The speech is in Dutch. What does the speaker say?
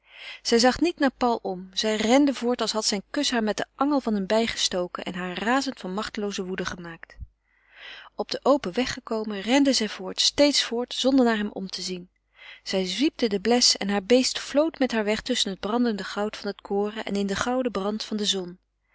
zij zag niet naar paul om zij rende voort als had zijn kus haar met den angel van een bij gestoken en haar razend van machtelooze woede gemaakt op den open weg gekomen rende zij voort steeds voort zonder naar hem om te zien zij zwiepte den bles en haar beest vlood met haar weg tusschen het brandende goud van het koren en in den gouden brand van de zon